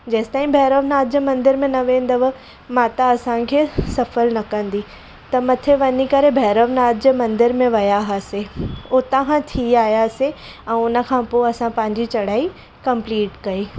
जेसिताईं भैरव नाथ जे मंदर में न वेंदव माता असांखे सफल न कंदी त मथे वञी करे भैरव नाथ जे मंदर में विया हुआसीं उतां खां थी आयासीं ऐं हुनखां पोइ असां पंहिंजी चढ़ाई कम्पलीट कई